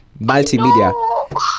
multimedia